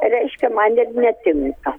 reiškia man netinka